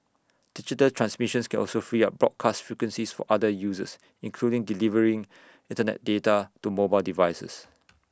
digital transmissions can also free up broadcast frequencies for other uses including delivering Internet data to mobile devices